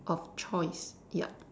of choice yup